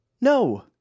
No